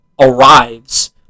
arrives